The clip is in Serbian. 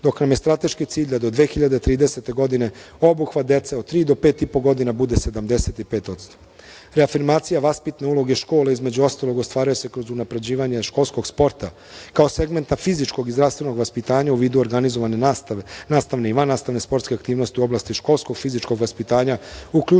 dok nam je strateški cilj da do 2030. godine obuhvat dece od tri do pet i po godina bude 75%.Reafirmacija vaspitne uloge škole, između ostalog, ostvaruje se kroz unapređivanje školskog sporta kao segmenta fizičkog i zdravstvenog vaspitanja u vidu organizovane nastavne i vannastavne sportske aktivnosti u oblasti školskog fizičkog vaspitanja,